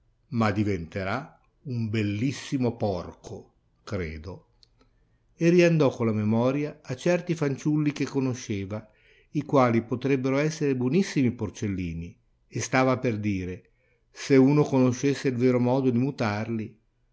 ma diventerà un bellissimo porco credo e riandò con la memoria a certi fanciulli che conosceva i quali potrebbero essere buonissimi porcellini e stava per dire se uno conoscesse il vero modo di mutarli